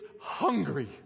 hungry